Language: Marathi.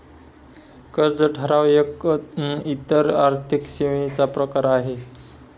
कर्ज ठराव एक इतर आर्थिक सेवांचा प्रकार आहे